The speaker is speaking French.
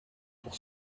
pour